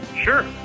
Sure